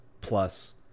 plus